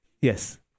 Yes